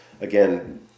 again